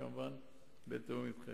כמובן בתיאום אתכם.